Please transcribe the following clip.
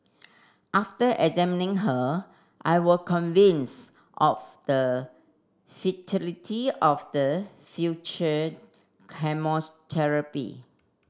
after examining her I were convinced of the futility of the future chemotherapy